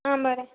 आ बरें